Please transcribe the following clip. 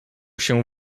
się